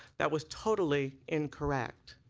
that was totally incorrect.